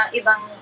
ibang